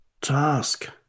task